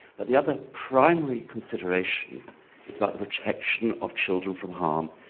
but the other primary consideration is about protection of children from harm,